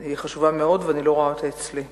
היא חשובה מאוד, ואני לא רואה אותה אצלי.